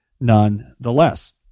nonetheless